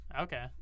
okay